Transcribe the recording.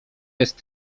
jest